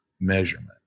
measurement